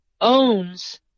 owns